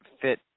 fit